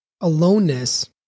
aloneness